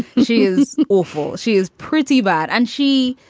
she is awful. she is pretty bad. and she.